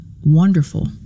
wonderful